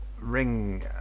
ring